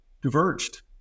diverged